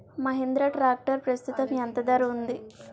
Mahindra tractor ప్రస్తుతం ఎంత ధర ఉంది?